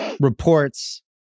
reports